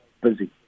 busy